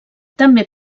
també